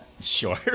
Sure